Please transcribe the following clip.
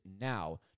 now